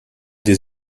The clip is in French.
des